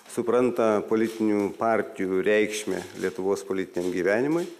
supranta politinių partijų reikšmę lietuvos politiniam gyvenimui